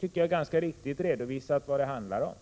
på ett ganska riktigt sätt redovisade vad det handlar om.